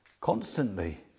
constantly